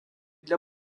для